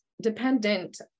Dependent